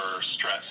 stress